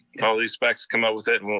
call these specs, come up with it,